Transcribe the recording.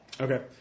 Okay